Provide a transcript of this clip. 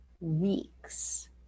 weeks